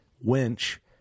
winch